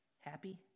happy